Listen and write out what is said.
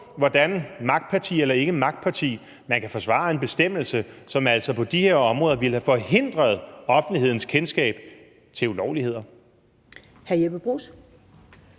hvordan man, magtparti eller ikke magtparti, kan forsvare en bestemmelse, som altså på de her områder ville have forhindret offentlighedens kendskab til ulovligheder.